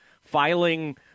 filing